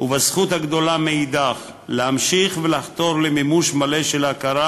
ובזכות הגדולה מאידך להמשיך ולחתור למימוש מלא של ההכרה